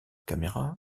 caméra